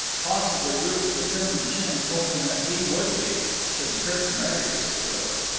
possibly ruth's determined chin, told him that he would be, should kirk marry this girl.